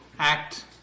Act